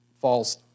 false